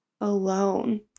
alone